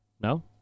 No